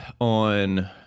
on